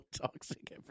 toxic